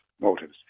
motives